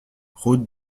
route